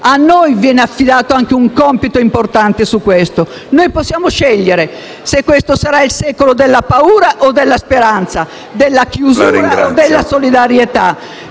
A noi viene affidato anche un compito importante in questo campo. Noi possiamo scegliere se questo sarà il secolo della paura o della speranza, della chiusura o della solidarietà,